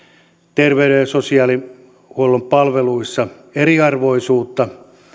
terveyden ja sosiaalihuollon palveluissa eriarvoisuutta